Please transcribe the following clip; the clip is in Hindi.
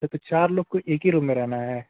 तो फिर चार लोग को एक ही रूम में रहना है